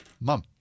mom